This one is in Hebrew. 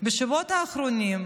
"בשבועות האחרונים,